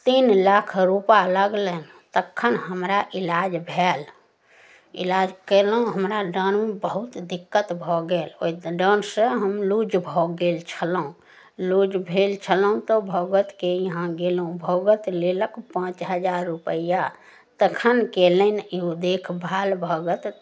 तीन लाख रुपा लागलनि तखन हमरा इलाज भेल इलाज कएलहुँ हमरा डाँढ़मे बहुत दिक्कत भऽ गेल ओहि डाँढ़सँ हम लूज भऽ गेल छलहुँ लूज भेल छलहुँ तऽ भगतके इहाँ गेलहुँ भगत लेलक पाँच हजार रुपैआ तखन केलनि इहो देखभाल भगत